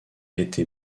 été